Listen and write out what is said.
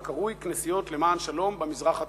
הקרוי "כנסיות למען שלום במזרח התיכון".